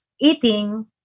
eating